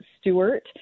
Stewart